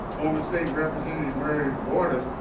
former state representative mary waters,